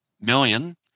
million